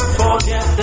forget